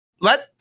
Let